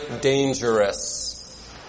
dangerous